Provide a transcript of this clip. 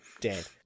dead